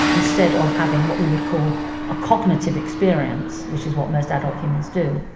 instead of having what we would call a cognitive experience, which is what most adult humans do,